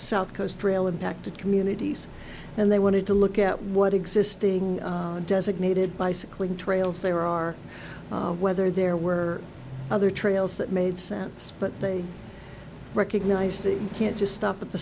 south coast rail impacted communities and they wanted to look at what existing designated bicycling trails there are whether there were other trails that made sense but they recognize they can't just stop at the